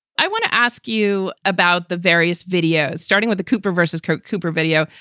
i want to ask you about the various videos, starting with the cooper versus kirk cooper video,